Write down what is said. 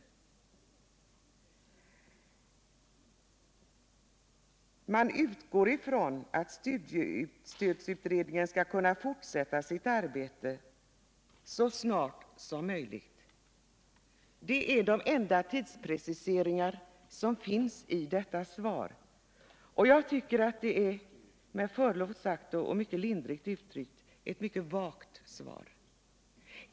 Och man utgår ifrån att studiestödsutredningen skall kunna fortsätta sitt arbete så snart som möjligt. Det är de enda tidspreciseringarna som finns i detta svar. Jag tycker att det — med förlov sagt och mycket lindrigt uttryckt — är ett mycket vagt svar.